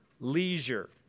Leisure